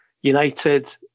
United